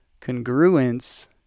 congruence